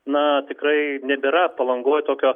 na tikrai nebėra palangoj tokio